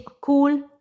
cool